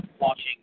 watching